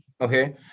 okay